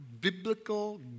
biblical